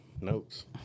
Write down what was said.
notes